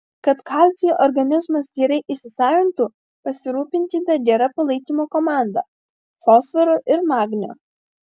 kad kalcį organizmas gerai įsisavintų pasirūpinkite gera palaikymo komanda fosforu ir magniu